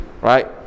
right